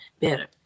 better